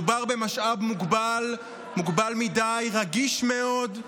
מדובר במשאב מוגבל, מוגבל מדי, רגיש מאוד,